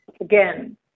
Again